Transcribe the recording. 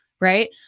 right